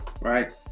Right